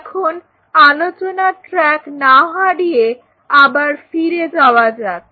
এখন আলোচনার ট্র্যাক না হারিয়ে আবার ফিরে যাওয়া যাক